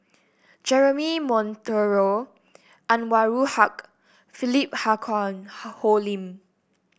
Jeremy Monteiro Anwarul Haque Philip Hoalim